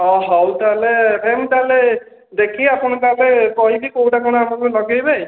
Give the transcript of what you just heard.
ହଁ ହଉ ତାହାଲେ ଭାଇ ମୁଁ ତାହାଲେ ଦେଖିକି ଆପଣଙ୍କୁ ତାହାଲେ କହିବି କେଉଁଟା କଣ ଆପଣଙ୍କର ଲଗାଇବେ